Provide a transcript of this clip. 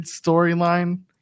storyline